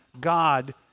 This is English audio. God